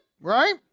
Right